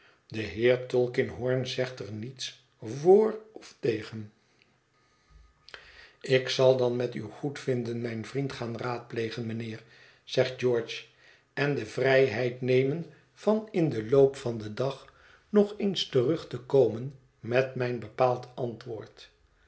de heer tulkinghorn zegt er niets voor of tegen ik zal dan met uw goedvinden mijn vriend gaan raadplegen mijnheer zegt george en de vrijheid nemen van in den loop van den dag nog eens terug te komen met mijn bepaald antwoord